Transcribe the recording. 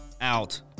out